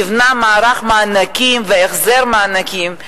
נבנה מערך מענקים והחזר מענקים,